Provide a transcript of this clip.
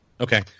Okay